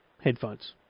headphones